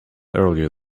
earlier